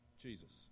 Jesus